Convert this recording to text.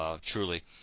truly